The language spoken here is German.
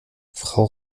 frau